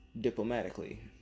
diplomatically